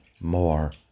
more